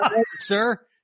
Sir